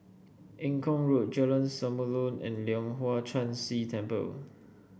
Eng Kong Road Jalan Samulun and Leong Hwa Chan Si Temple